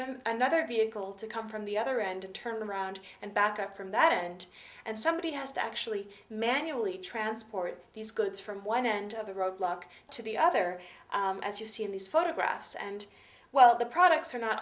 him another vehicle to come from the other end and turn them around and back up from that end and somebody has to actually manually transport these goods from one end of the road block to the other as you see in these photographs and well the products are not